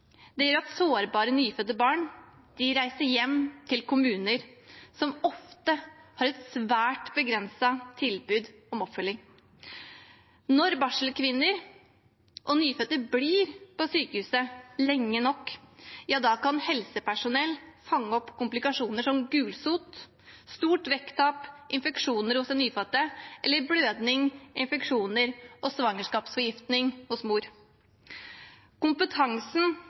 sykehus gjør at sårbare nyfødte barn reiser hjem til kommuner som ofte har et svært begrenset tilbud om oppfølging. Når barselkvinner og nyfødte blir på sykehuset lenge nok, kan helsepersonell fange opp komplikasjoner som gulsott, stort vekttap, infeksjoner hos den nyfødte eller blødning, infeksjoner og svangerskapsforgiftning hos mor. Kompetansen